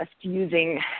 using